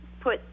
put